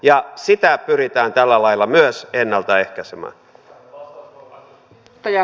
ja sitä pyritään tällä lailla myös ennaltaehkäisemään